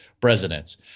presidents